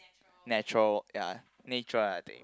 natural ya nature I think